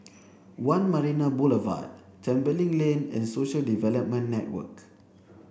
One Marina Boulevard Tembeling Lane and Social Development Network